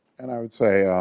and i would say yeah